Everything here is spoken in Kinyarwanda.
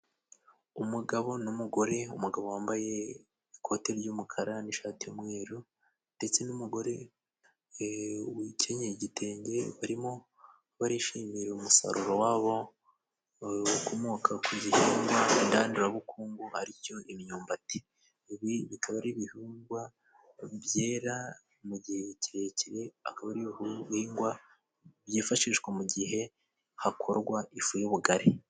Umugabo n'umugore umugabo wambaye ikote ry'umukara n'ishati y'umweru, ndetse n'umugore ukenyeye igitenge, barimo barishimira umusaruro wabo ukomoka ku gihingwa ngandurabukungu ari cyo imyumbati, ibi bikaba ari ibihingwa byera mu gihe kirekire, akaba ari ibihingwa, byifashishwa mu gihe hakorwa ifu y'ubugari.